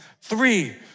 Three